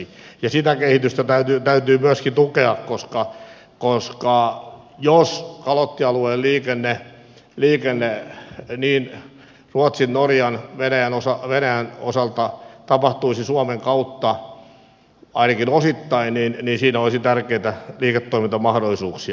ja sitä kehitystä täytyy myöskin tukea koska jos kalottialueen liikenne niin ruotsin norjan kuin venäjän osalta tapahtuisi suomen kautta ainakin osittain niin siinä olisi tärkeitä liiketoimintamahdollisuuksia